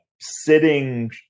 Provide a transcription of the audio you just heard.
sitting